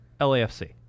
LAFC